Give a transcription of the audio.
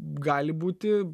gali būti